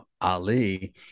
Ali